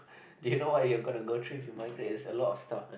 do you know what you are gonna go through if you migrate it's a lot of stuff eh